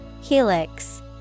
Helix